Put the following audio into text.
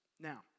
Now